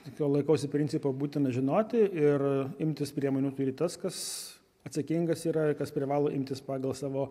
tokio laikausi principo būtina žinoti ir imtis priemonių turi tas kas atsakingas yra kas privalo imtis pagal savo